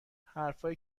حرفهایی